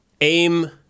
aim